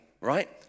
right